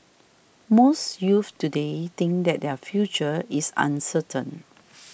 most youths today think that their future is uncertain